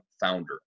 founder